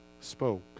spoke